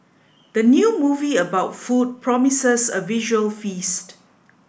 the new movie about food promises a visual feast